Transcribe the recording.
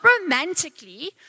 romantically